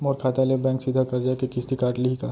मोर खाता ले बैंक सीधा करजा के किस्ती काट लिही का?